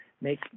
make